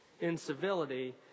incivility